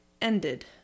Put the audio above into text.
ended